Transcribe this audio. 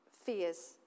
fears